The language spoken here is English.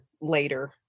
later